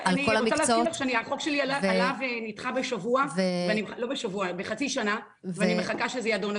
אני רוצה להזכיר לך שהחוק שלי עלה ונדחה בחצי שנה ואני מחכה שזה יידון.